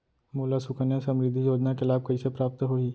मोला सुकन्या समृद्धि योजना के लाभ कइसे प्राप्त होही?